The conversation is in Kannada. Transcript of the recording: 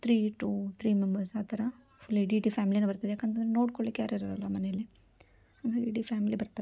ತ್ರೀ ಟೂ ತ್ರೀ ಮೆಂಬರ್ಸ್ ಆ ಥರ ಫುಲ್ ಇಡೀ ಟು ಫ್ಯಾಮಿಲಿಯೇ ಬರ್ತದೆ ಯಾಕಂತಂದ್ರೆ ನೋಡ್ಕೊಳ್ಲಿಕ್ಕೆ ಯಾರಿರೋಲ್ಲ ಅಲ್ವ ಮನೆಯಲ್ಲಿ ಹಂಗಾಗಿ ಇಡೀ ಫ್ಯಾಮಿಲಿ ಬರ್ತಾರೆ